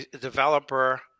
developer